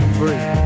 free